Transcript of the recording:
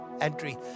entry